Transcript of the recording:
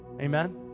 Amen